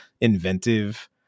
inventive